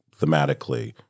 thematically